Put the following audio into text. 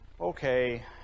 okay